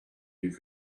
you